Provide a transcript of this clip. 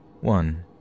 One